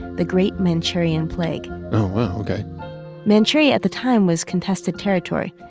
the great manchurian plague oh wow. ok manchuria at the time was contested territory.